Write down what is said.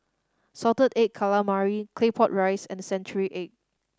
Salted Egg Calamari Claypot Rice and century egg